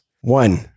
One